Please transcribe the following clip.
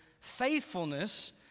faithfulness